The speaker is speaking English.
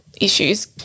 issues